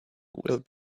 will